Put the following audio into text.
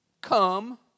come